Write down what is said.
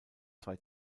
zwei